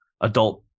adult